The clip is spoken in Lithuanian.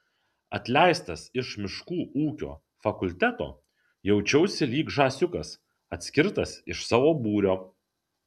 atleistas iš miškų ūkio fakulteto jaučiausi lyg žąsiukas atskirtas iš savo būrio